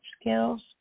skills